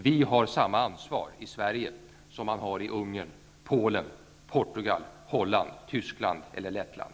Vi har i Sverige samma ansvar som man har i Ungern, Polen, Portugal, Holland, Tyskland eller Lettland.